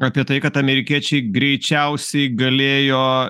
apie tai kad amerikiečiai greičiausiai galėjo